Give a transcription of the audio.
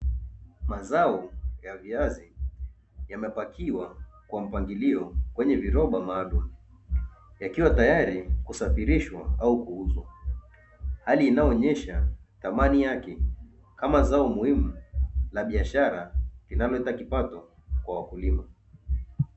Mazao ya viazi yamepakiwa kwa mpangilio kwenye viroba maalumu yakiwa tayari kusafirishwa au kuuzwa, hali inayoonyesha thamani yake kama zao muhimu la biashara linaloleta kipato kwa wakulima.